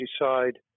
decide